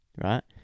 Right